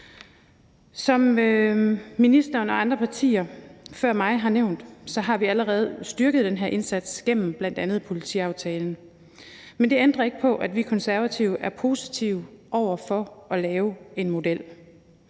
Som ministeren og andre ordførere før mig har nævnt, har vi allerede styrket den her indsats gennem bl.a. politiaftalen, men det ændrer ikke på, at vi Konservative er positive over for at lave en model.